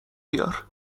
بیار